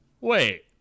Wait